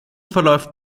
verläuft